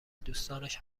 دوستانش